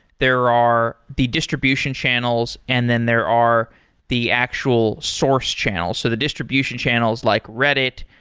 there are the distribution channels and then there are the actual source channel. so the distribution channels like reddit,